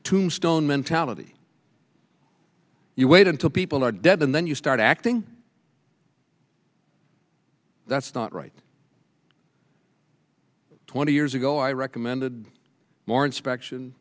tombstone mentality you wait until people are dead and then you start acting that's not right twenty years ago i recommended more inspection